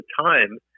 time